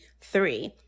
three